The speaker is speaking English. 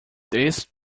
this